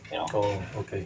oh okay